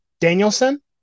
Danielson